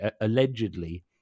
allegedly